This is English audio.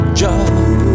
job